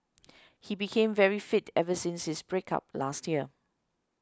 he became very fit ever since his break up last year